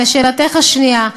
לשאלתך השנייה,